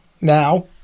now